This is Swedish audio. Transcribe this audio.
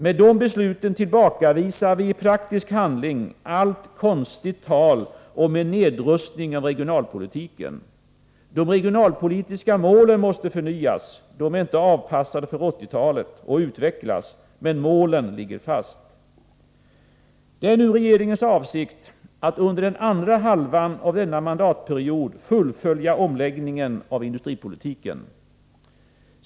Med de besluten tillbakavisar vi i praktisk handling allt konstigt tal om en nedrustning av regionalpolitiken. De regionalpolitiska medlen måste förnyas och utvecklas — de är inte avpassade för 1980-talet — men målen ligger fast. Det är nu regeringens avsikt att under den andra halvan av denna mandatperiod fullfölja omläggningen av industripolitiken.